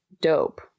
dope